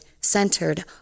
centered